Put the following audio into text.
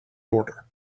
order